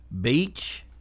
beach